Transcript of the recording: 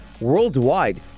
worldwide